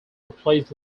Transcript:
replaced